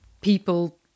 people